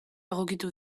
egokitu